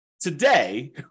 today